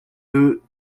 deux